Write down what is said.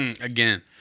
Again